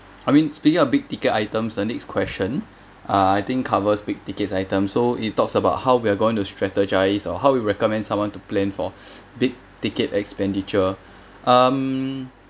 I mean speaking of big ticket items the next question uh I think covers big ticket items so it talks about how we're going to strategise or how we recommend someone to plan for big ticket expenditure um